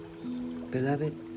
beloved